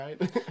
right